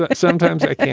ah sometimes i can.